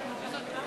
כבוד היושב-ראש,